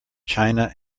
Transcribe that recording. china